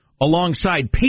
alongside